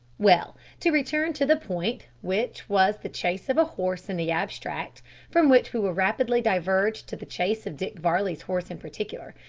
well, to return to the point, which was the chase of a horse in the abstract from which we will rapidly diverge to the chase of dick varley's horse in particular.